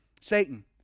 Satan